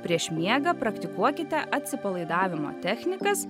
prieš miegą praktikuokite atsipalaidavimo technikas